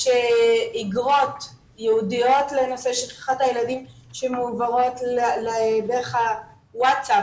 יש אגרות ייעודיות לנושא שכחת ילדים שמועברות דרך הווטסאפ,